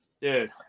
Dude